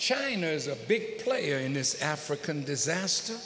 china is a big player in this african disaster